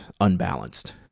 unbalanced